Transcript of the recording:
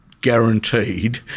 guaranteed